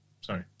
Sorry